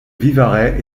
vivarais